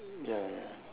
ya ya